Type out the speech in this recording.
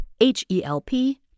H-E-L-P